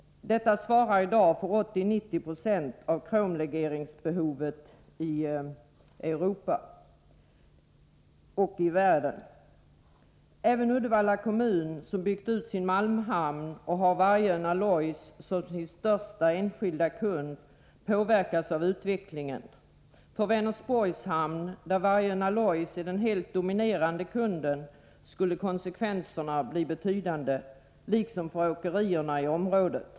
Det svarar i dag för 80-90 26 av kromlegeringsbehovet i världen. Även Uddevalla kommun, som har byggt ut sin malmhamn och har Vargön Alloys som sin största enskilda kund, påverkas av utvecklingen. För Vänersborgs hamn, där Vargön Alloys är den helt dominerande kunden, skulle konsekvenserna bli betydande, liksom för åkerierna i området.